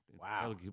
Wow